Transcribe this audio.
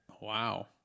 Wow